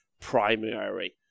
primary